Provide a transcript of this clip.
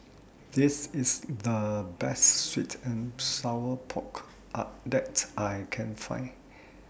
This IS The Best Sweet and Sour Pork that I Can Find